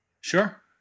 Sure